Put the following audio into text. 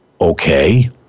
okay